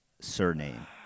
surname